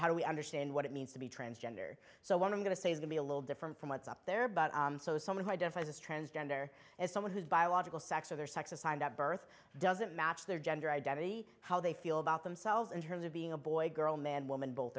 how do we understand what it means to be transgender so one i'm going to say is going to be a little different from what's up there but someone who identifies as transgender as someone who's biological sex or their sex assigned at birth doesn't match their gender identity how they feel about themselves in terms of being a boy girl man woman both